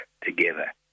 together